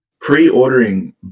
pre-ordering